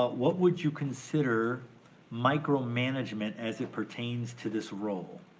ah what would you consider micromanagement as it pertains to this role?